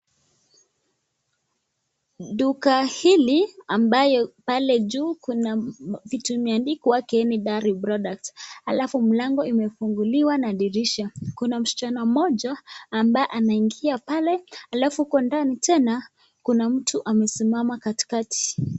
Duka hili ambayo pale juu kuna vitu imeadikwa kieni dairy products, alafu mlango imefunguliwa na dirisha, kuna msichana mmoja ambaye anaingia pale, alafu huko ndani tena kuna mtu amesimama katikati.